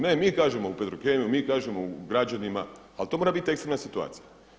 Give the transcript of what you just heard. Ne mi kažemo u Petrokemiju, mi kažemo građanima, ali to mora biti ekstremna situacija.